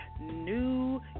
New